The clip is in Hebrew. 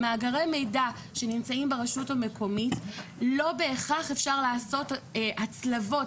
למאגרי מידע שנמצאים ברשות המקומית לא בהכרח אפשר לעשות הצלבות,